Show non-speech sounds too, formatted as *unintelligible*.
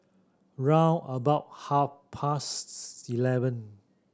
round about half past *unintelligible* eleven